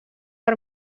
per